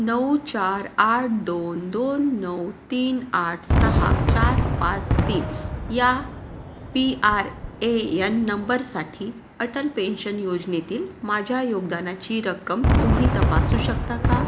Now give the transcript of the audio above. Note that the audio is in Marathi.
नऊ चार आट दोन दोन नऊ तीन आठ सहा चार पाच तीन या पी आर ए यन नंबरसाठी अटल पेन्शन योजनेतील माझ्या योगदानाची रक्कम तुम्ही तपासू शकता का